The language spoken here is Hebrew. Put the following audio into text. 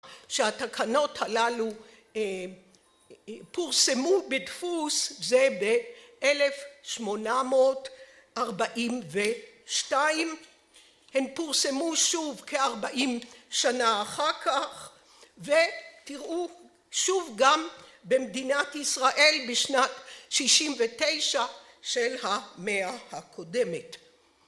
שהתקנות הללו פורסמו בדפוס זה ב-1842, הן פורסמו שוב כ-40 שנה אחר כך, ותראו שוב גם במדינת ישראל בשנת 69 של המאה הקודמת.